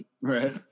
Right